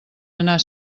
anar